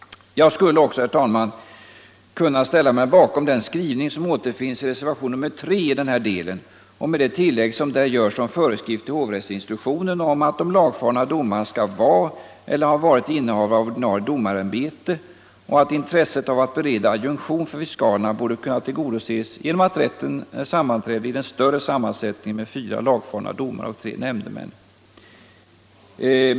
Jag skulle alltså kunna ställa mig bakom den skrivning som återfinns i reservationen 3 i denna del och med det tillägg som där görs om föreskrift i hovrättsinstruktionen om att de lagfarna domarna skall vara eller ha varit innehavare av ordinarie domarämbete och att intresset av att bereda adjunktion för fiskalerna borde kunna tillgodoses genom att rätten sammanträder i den större sammansättningen med fyra lagfarna domare och tre nämndemän.